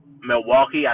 Milwaukee